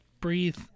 breathe